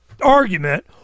argument